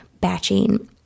batching